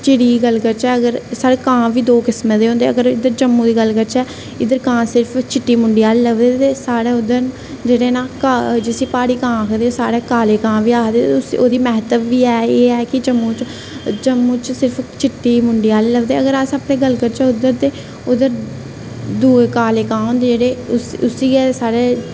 चिड़ी दी गल्ल करचै अगर साढ़े कां बी दो किसमै दे होंदे अगर इद्धर जम्मू दी गल्ल करचै इद्धर कां सिर्फ चिट्टी मुंडी आह्ले लभदे ते साढ़े उद्धर न जेह्ड़े ना का जिसी प्हाड़ी कां आखदे साढ़े काले कां बी आखदे उसी ओह्दा म्हत्व बी ऐ एह् ऐ कि जम्मू च सिर्फ चिट्टी मुंडी आह्ले लभदे अगर अस अपनी गल्ल करचै उद्धर उद्धर दूए काले कां होंदे जेह्ड़े उसी उसी गै साढ़े